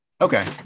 Okay